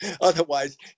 otherwise